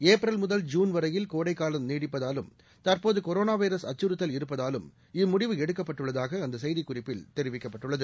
April முதல் June வரையில் கோடைக்காலம் நீடிப்பதாலும் தற்போது கொரோனா வைரஸ் அச்சுறுத்தல் இருப்பதாலும் இம்முடிவு எடுக்கப்பட்டுள்ளதாக அந்த செய்திக் குறிப்பில் தெரிவிக்கப்பட்டுள்ளது